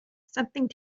something